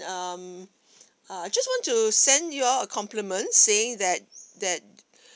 um I just want to send you all a compliment saying that that